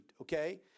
okay